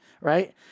Right